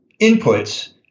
inputs